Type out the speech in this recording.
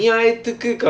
ஆமாம் ஆமாம்:aamaam aamaam